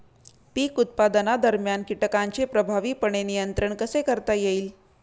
पीक उत्पादनादरम्यान कीटकांचे प्रभावीपणे नियंत्रण कसे करता येईल?